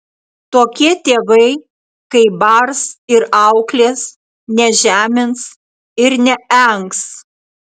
tokie tėvai kai bars ir auklės nežemins ir neengs